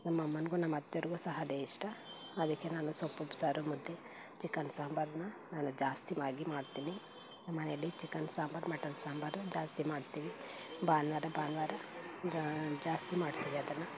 ನಮ್ಮಮ್ಮನಿಗೂ ನಮ್ಮತ್ತೇರಿಗೂ ಸಹ ಅದೇ ಇಷ್ಟ ಅದಕ್ಕೆ ನಾನು ಸೊಪ್ಪು ಉಪ್ಸಾರು ಮುದ್ದೆ ಚಿಕನ್ ಸಾಂಬಾರನ್ನು ನಾನು ಜಾಸ್ತಿಯಾಗಿ ಮಾಡ್ತೀನಿ ನಮ್ಮನೆಯಲ್ಲಿ ಚಿಕನ್ ಸಾಂಬಾರು ಮಟನ್ ಸಾಂಬಾರು ಜಾಸ್ತಿ ಮಾಡ್ತೀವಿ ಭಾನುವಾರ ಭಾನುವಾರ ಜ ಜಾಸ್ತಿ ಮಾಡ್ತೀವಿ ಅದನ್ನು